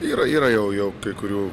yra yra jau jau kai kurių